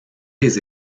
des